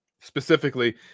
specifically